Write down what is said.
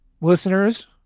listeners